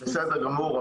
בסדר גמור,